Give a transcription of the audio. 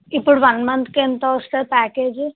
ఇప్పుడు వన్ మంత్కి ఎంత వస్తుంది ప్యాకేజ్